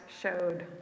showed